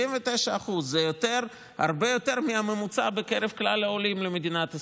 זה הרבה יותר מהממוצע בקרב כלל העולים למדינת ישראל.